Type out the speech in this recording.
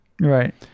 Right